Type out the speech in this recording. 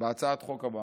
בהצעת החוק הבאה.